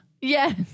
Yes